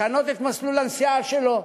לשנות את מסלול הנסיעה שלו,